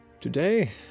Today